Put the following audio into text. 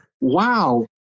wow